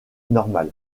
normal